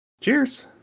Cheers